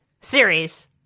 series